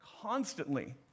Constantly